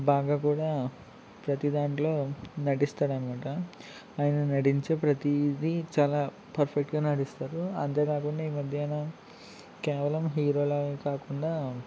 బాగా కూడా ప్రతిదాంట్లో నటిస్తాడనమాట ఆయన నటించే ప్రతీది చాలా పర్ఫెక్ట్గా నటిస్తారు అంతేకాకుండా ఈ మధ్య నా కేవలం హీరోలా కాకుండా